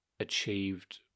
achieved